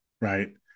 Right